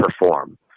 perform